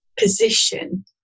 position